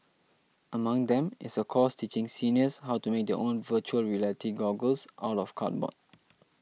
among them is a course teaching seniors how to make their own Virtual Reality goggles out of cardboard